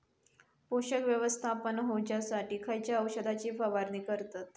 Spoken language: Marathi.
पोषक व्यवस्थापन होऊच्यासाठी खयच्या औषधाची फवारणी करतत?